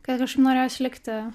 kad kažkaip norėjos likti